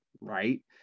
right